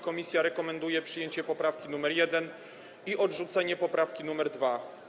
Komisja rekomenduje przyjęcie poprawki nr 1 i odrzucenie poprawki nr 2.